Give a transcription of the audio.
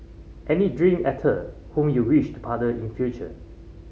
any dream actor whom you wish to partner in future